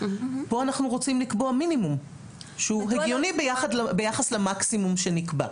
כאן אנחנו רוצים לקבוע מינימום שהוא הגיוני ביחס למקסימום שנקבע.